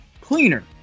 Cleaner